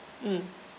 mm